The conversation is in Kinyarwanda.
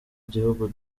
gihugu